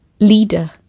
leader